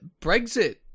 Brexit